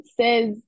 says